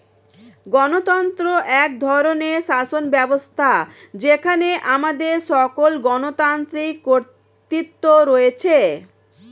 গণতন্ত্র এক ধরনের শাসনব্যবস্থা যেখানে আমাদের সকল গণতান্ত্রিক কর্তৃত্ব রয়েছে